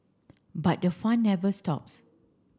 but the fun never stops